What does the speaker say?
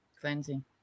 Cleansing